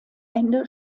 ende